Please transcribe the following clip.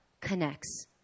connects